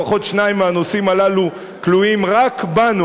לפחות שניים מהנושאים הללו תלויים רק בנו,